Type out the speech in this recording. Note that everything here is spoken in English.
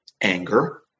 anger